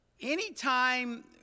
Anytime